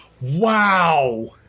Wow